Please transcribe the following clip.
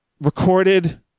recorded